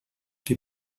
que